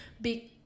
big